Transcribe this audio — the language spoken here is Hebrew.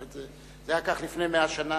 זה היה כך לפני 100 שנה,